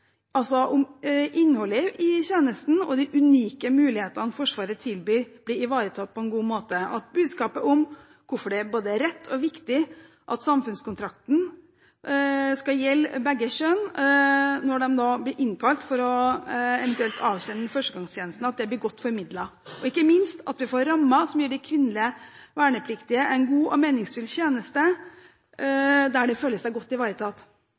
om innholdet i tjenesten og de unike mulighetene Forsvaret tilbyr, blir ivaretatt på en god måte, og at budskapet om hvorfor det er både rett og viktig at samfunnskontrakten skal gjelde begge kjønn når de nå blir innkalt for eventuelt å avtjene førstegangstjeneste, blir godt formidlet, og ikke minst at vi får rammer som gir de kvinnelige vernepliktige en god og meningsfull tjeneste der de føler seg godt